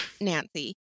Nancy